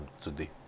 today